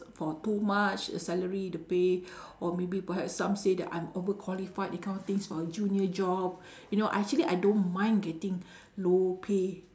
for too much salary the pay or maybe perhaps some say that I'm over qualified that kind of things for a junior job you know actually I don't mind getting low pay